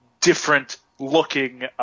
different-looking